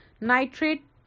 Nitrate